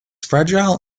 fragile